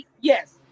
Yes